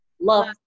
love